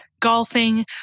golfing